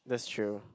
that's true